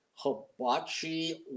Hibachi